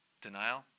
Denial